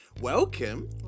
Welcome